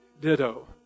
Ditto